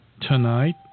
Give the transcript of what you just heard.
tonight